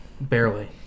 Barely